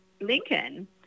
Lincoln